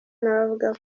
n’abavuga